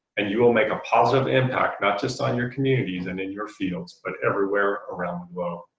and you'll make a positive impact not just on your communities and in your fields but everywhere around the